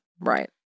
Right